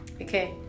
okay